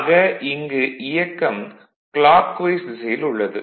ஆக இங்கு இயக்கம் கிளாக்வைஸ் திசையில் உள்ளது